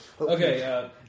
Okay